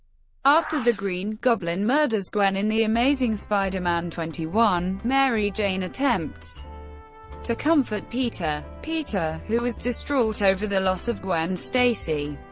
after the green goblin murders gwen in the amazing spider-man twenty one, mary jane attempts to comfort peter. peter, who is distraught over the loss of gwen stacy,